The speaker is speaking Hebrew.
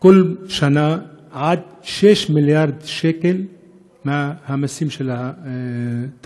כל שנה עד 6 מיליארד שקל מהמסים על הטבק.